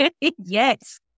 Yes